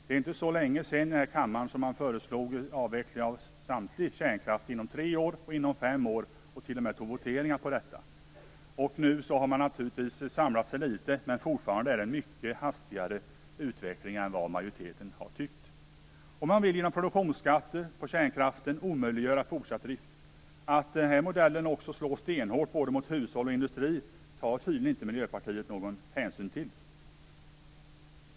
Det är inte så länge sedan man föreslog avveckling av all kärnkraft inom tre eller fem år här i kammaren och t.o.m. begärde voteringar om detta. Nu har man samlat sig litet, men vill fortfarande ha en mycket hastigare utveckling än majoriteten. Man vill genom produktionsskatter på kärnkraften omöjliggöra fortsatt drift. Att den modellen också slår stenhårt både mot hushåll och industri tar Miljöpartiet tydligen inte någon hänsyn till.